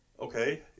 Okay